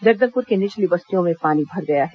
जगदलपुर की निचली बस्तियों में पानी भर गया है